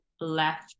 left